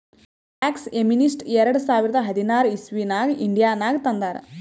tax amnesty ಎರಡ ಸಾವಿರದ ಹದಿನಾರ್ ಇಸವಿನಾಗ್ ಇಂಡಿಯಾನಾಗ್ ತಂದಾರ್